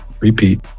repeat